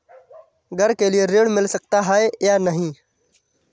घर के लिए ऋण मिल सकता है या नहीं?